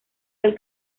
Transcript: del